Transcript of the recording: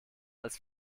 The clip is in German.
als